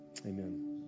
Amen